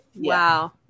wow